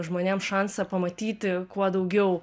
žmonėms šansą pamatyti kuo daugiau